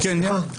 סליחה, סליחה,